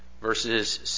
Verses